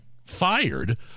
fired